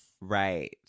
right